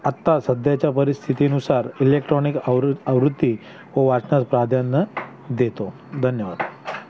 आत्ता सध्याच्या परिस्थितीनुसार इलेक्ट्रॉनिक आवृ आवृत्ती वाचण्यास प्राधान्य देतो धन्यवाद